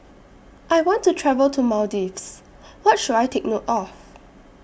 I want to travel to Maldives What should I Take note of